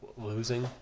losing